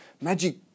magic